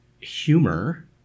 humor